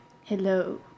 Hello